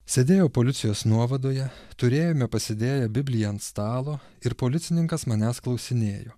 sėdėjau policijos nuovadoje turėjome pasidėję bibliją ant stalo ir policininkas manęs klausinėjo